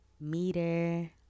meter